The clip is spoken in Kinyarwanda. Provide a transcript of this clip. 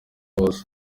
bose